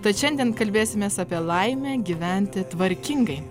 tad šiandien kalbėsimės apie laimę gyventi tvarkingai